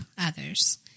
others